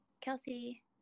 Kelsey